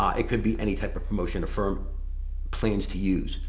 um it could be any type of promotion the firm plans to use.